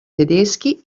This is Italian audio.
tedeschi